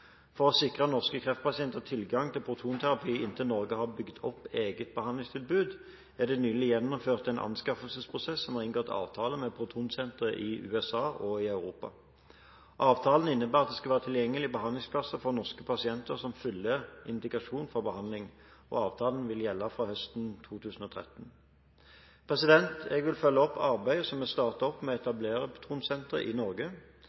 For å sikre norske kreftpasienter tilgang til protonterapi inntil Norge har bygd opp eget behandlingstilbud er det nylig gjennomført en anskaffelsesprosess som har gitt avtaler med protonsentre i USA og i Europa. Avtalen innebærer at det skal være tilgjengelige behandlingsplasser for norske pasienter som fyller indikasjon for behandling. Avtalene gjelder fra høsten 2013. Jeg vil følge opp arbeidet som er startet opp med å etablere protonsentre i Norge.